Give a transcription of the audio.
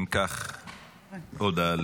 הודעה